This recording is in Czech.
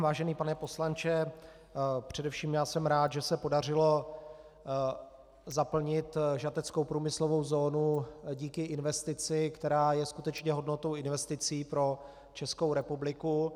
Vážený pane poslanče, především jsem rád, že se podařilo zaplnit žateckou průmyslovou zónu díky investici, která je skutečně hodnotnou investicí pro Českou republiku.